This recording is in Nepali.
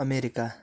अमेरिका